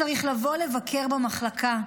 צריך לבוא לבקר במחלקה.